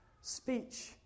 speech